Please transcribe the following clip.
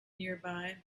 nearby